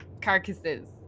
carcasses